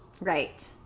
right